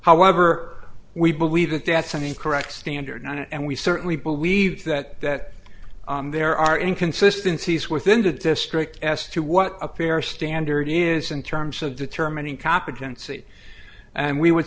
however we believe that that's an incorrect standard and we certainly believe that there are inconsistency is within the district as to what a fair standard is in terms of determining competency and we would